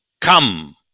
come